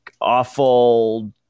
awful